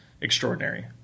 extraordinary